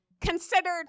considered